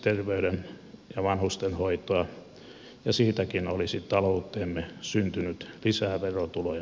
terveyden ja vanhustenhoitoa ja siitäkin olisi talouteemme syntynyt lisää verotuloja